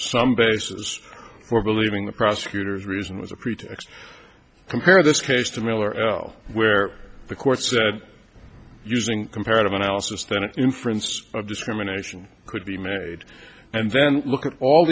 some basis for believing the prosecutor's reason was a pretext compared this case to miller l where the court said that using comparative analysis than an inference of discrimination could be made and then look at all